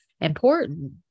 important